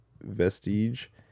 vestige